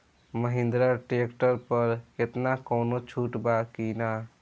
Mahindra tractor पर केतना कौनो छूट बा कि ना?